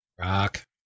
Rock